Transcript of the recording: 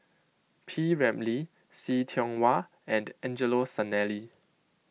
P Ramlee See Tiong Wah and Angelo Sanelli